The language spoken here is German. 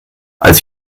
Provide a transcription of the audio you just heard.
als